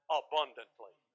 abundantly